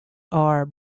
are